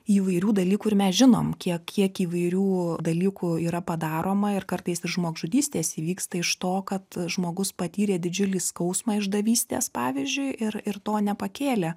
įvairių dalykų ir mes žinom kiek kiek įvairių dalykų yra padaroma ir kartais ir žmogžudystės įvyksta iš to kad žmogus patyrė didžiulį skausmą išdavystės pavyzdžiui ir ir to nepakėlė